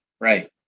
right